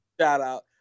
shout-out